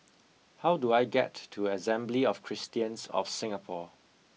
how do I get to Assembly of Christians of Singapore